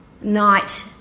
night